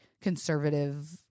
conservative